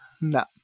No